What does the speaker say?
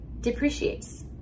depreciates